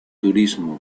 turismo